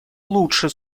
лучше